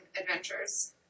adventures